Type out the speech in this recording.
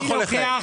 אני לא יכול לחייב.